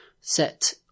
set